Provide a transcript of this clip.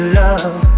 love